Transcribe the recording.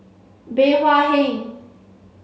Bey Hua Heng